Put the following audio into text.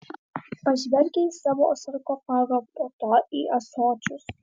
pažvelgė į savo sarkofagą po to į ąsočius